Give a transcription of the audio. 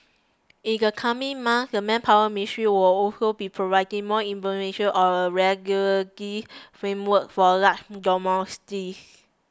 in the coming months the Manpower Ministry will also be providing more information on a regulatory framework for large dormitories